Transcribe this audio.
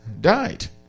died